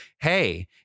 Hey